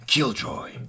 Killjoy